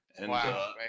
Wow